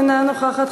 אינה נוכחת,